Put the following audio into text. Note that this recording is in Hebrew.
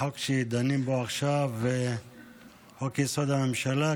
החוק שדנים בו עכשיו זה חוק-יסוד: הממשלה,